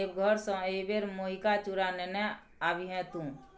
देवघर सँ एहिबेर मेहिका चुड़ा नेने आबिहे तु